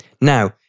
Now